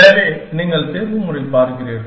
எனவே நீங்கள் தேர்வுமுறை பார்க்கிறீர்கள்